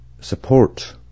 support